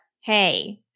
Hey